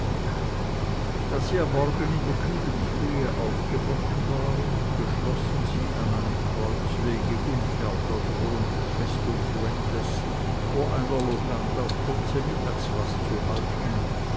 da sie am morgen in der kühlen frühe aufgebrochen waren beschlossen sie an einem kreuzwege unfern der drohenden festung fuentes vor einer locanda kurze mittagsrast zu halten